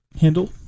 handle